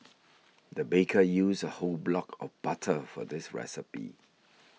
the baker used a whole block of butter for this recipe